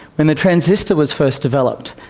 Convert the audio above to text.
when the transistor was first developed,